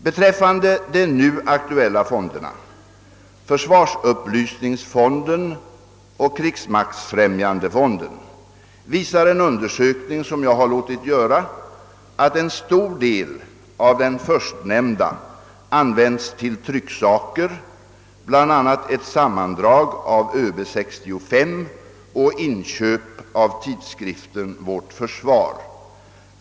Beträffande de nu aktuella fonderna, försvarsupplysningsfonden och krigsmaktsfrämjandefonden, visar en undersökning som jag har låtit göra att en stor del av den förstnämnda använts till trycksaker, bl.a. ett sammandrag av ÖB 65 och inköp av tidskriften Vårt försvar.